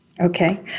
Okay